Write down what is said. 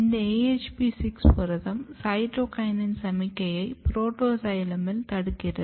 இந்த AHP6 புரதம் சைட்டோகினின் சமிக்ஞையை புரோட்டோசைலமில் தடுக்கிறது